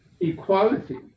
equality